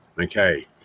Okay